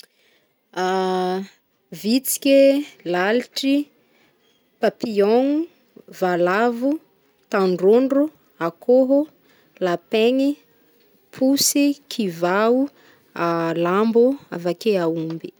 Vitsike, lalitry, papillon-gno, valavo, tandrondro, akoho, lapin-ngy, posy, kivào, lambo, avake aomby.